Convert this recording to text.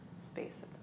space